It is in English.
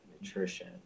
nutrition